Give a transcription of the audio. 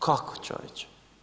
Kako čovječe?